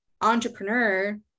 entrepreneur